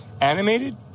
animated